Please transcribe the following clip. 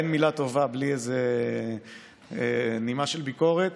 אין מילה טובה בלי איזו נימה של ביקורת.